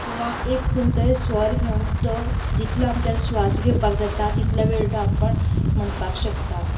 किंवा एक खंयचोय स्वर घेवन तो जितलो आमच्यान श्वास घेवपाक जाता तितलो वेळ तो आपणाक म्हणपाक शकता